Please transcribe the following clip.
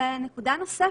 ונקודה נוספת,